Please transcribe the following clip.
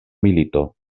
milito